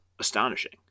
astonishing